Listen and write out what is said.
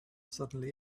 suddenly